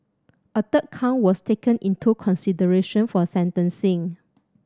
a third count was taken into consideration for sentencing